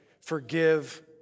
Forgive